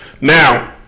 Now